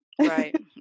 Right